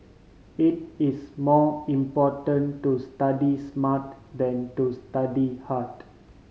it is more important to study smart than to study hard